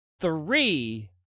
three